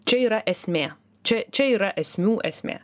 čia yra esmė čia čia yra esmių esmė